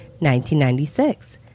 1996